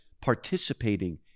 participating